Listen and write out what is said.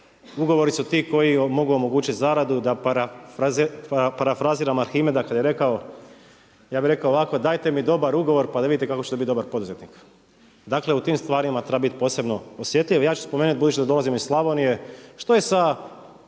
ugovori su ti koji mogu omogućiti zaradu da parafraziram Arhimeda kada je rekao, ja bi rekao ovako, dajte mi dobar ugovor pa da vidite kako će to biti dobar poduzetnik. Dakle u tim stvarima treba biti posebno osjetljiv. A ja ću spomenuti, budući da dolazim iz Slavonije, što je sa